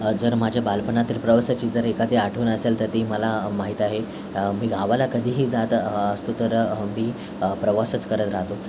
जर माझ्या बालपणातील प्रवासाची जर एखादी आठवण असेल तर ती मला माहिती आहे मी गावाला कधीही जात असतो तर मी प्रवासच करत राहतो